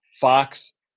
Fox